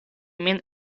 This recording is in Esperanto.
min